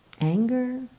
anger